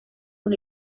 con